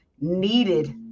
needed